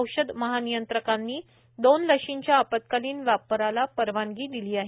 औषध महानियंत्रकांनी दोन लशींच्या आपत्कालीन वापरला परवानगी दिली आहे